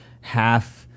half